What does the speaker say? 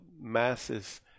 masses